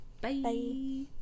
Bye